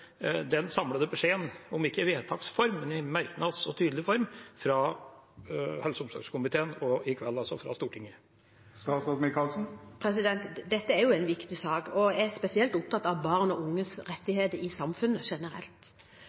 den samlede beskjeden, om ikke i vedtaks form, så i merknads så tydelige form, fra helse- og omsorgskomiteen og i kveld altså fra Stortinget? Dette er jo en viktig sak, og jeg er spesielt opptatt av barn og unges rettigheter i samfunnet generelt.